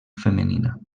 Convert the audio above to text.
femenina